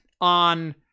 on